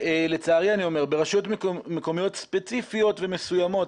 אני אומר את זה לצערי שברשויות מקומיות ספציפיות ומסוימות,